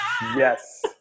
Yes